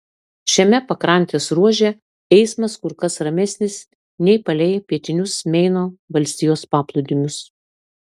šiame pakrantės ruože eismas kur kas ramesnis nei palei pietinius meino valstijos paplūdimius